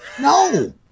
No